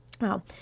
wow